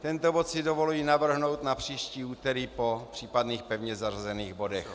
Tento bod si dovoluji navrhnout na příští úterý po případných pevně zařazených bodech.